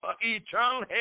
eternal